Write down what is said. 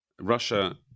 Russia